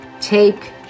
take